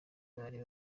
bari